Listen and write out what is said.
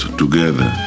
together